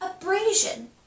Abrasion